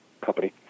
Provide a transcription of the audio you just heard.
company